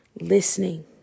Listening